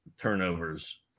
turnovers